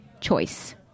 choice